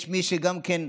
יש מי שגם כן,